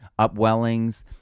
upwellings